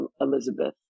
Elizabeth